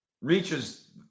reaches